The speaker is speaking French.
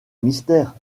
mystère